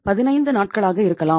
15 நாட்களாக இருக்கலாம்